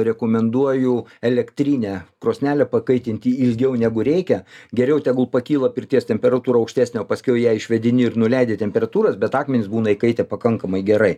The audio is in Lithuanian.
rekomenduoju elektrinę krosnelę pakaitinti ilgiau negu reikia geriau tegul pakyla pirties temperatūra aukštesnė o paskiau ją išvėdini ir nuleidi temperatūros bet akmenys būna įkaitę pakankamai gerai